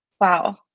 Wow